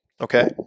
Okay